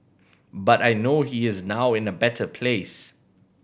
but I know he is now in a better place